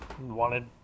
Wanted